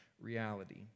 reality